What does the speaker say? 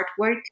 artwork